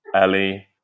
Ellie